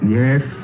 yes